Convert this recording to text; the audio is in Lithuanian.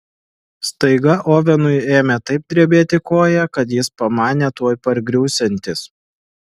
staiga ovenui ėmė taip drebėti koja kad jis pamanė tuoj pargriūsiantis